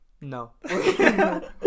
No